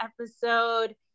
episode